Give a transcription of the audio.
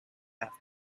have